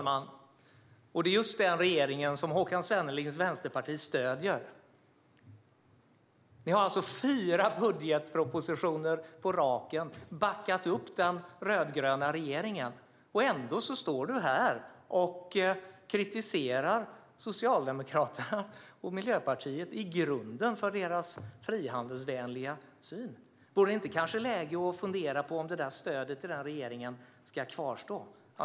Fru talman! Det är just denna regering som ditt vänsterparti stöder, Håkan Svenneling. Ni har i fyra budgetpropositioner på raken backat upp den rödgröna regeringen, och ändå står du här och kritiserar Socialdemokraterna och Miljöpartiet i grunden för deras frihandelsvänliga syn. Vore det inte läge att fundera på om stödet till denna regering ska kvarstå?